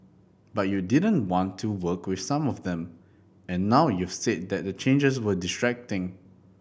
but you didn't want to work with some of them and now you've said that the changes were distracting